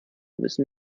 müssen